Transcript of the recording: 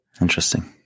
interesting